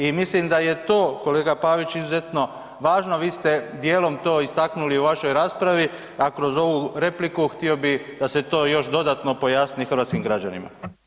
I mislim da je to kolega Pavić, izuzetno važno, vi ste dijelom to istaknuli u vašoj raspravi, a kroz ovu repliku, htio bih da se to još dodatno pojasni hrvatskim građanima.